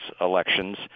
elections